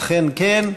אכן כן.